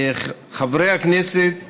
חברי הכנסת